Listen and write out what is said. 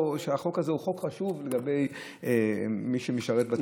שהחוק הזה הוא חוק חשוב לגבי מי שמשרת בצבא.